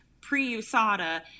pre-usada